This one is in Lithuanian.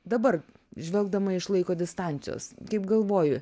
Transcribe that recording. dabar žvelgdama iš laiko distancijos kaip galvoji